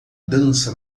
dança